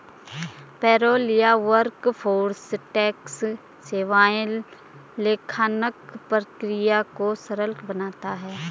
payroll या workforce tax सेवाएं लेखांकन प्रक्रिया को सरल बनाता है